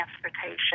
transportation